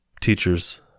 teachers